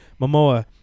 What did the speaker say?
Momoa